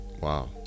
Wow